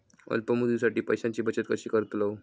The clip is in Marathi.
अल्प मुदतीसाठी पैशांची बचत कशी करतलव?